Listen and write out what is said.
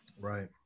Right